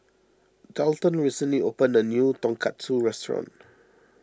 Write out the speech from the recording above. Daulton recently opened a new Tonkatsu restaurant